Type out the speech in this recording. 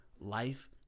life